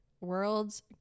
world's